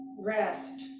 rest